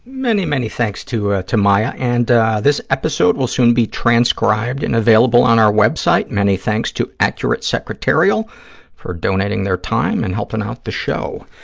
many, many thanks to ah to maia. and this episode will soon be transcribed and available on our web site. many thanks to accurate secretarial for donating their time and helping out the show.